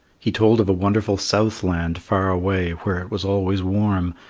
he told of a wonderful southland, far away, where it was always warm,